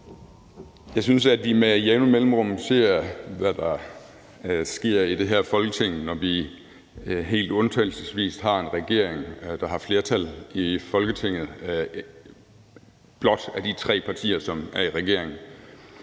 Jeg synes, at vi med jævne mellemrum ser, hvad der sker i det her Folketing, når vi helt undtagelsesvis har en regering, der har flertal i Folketinget blot ved de tre partier, der er i regering.